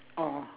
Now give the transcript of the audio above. oh